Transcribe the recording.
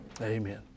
Amen